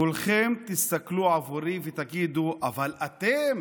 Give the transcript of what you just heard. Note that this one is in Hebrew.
כולכם תסתכלו עלי ותגידו: אבל אתם